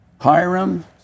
Hiram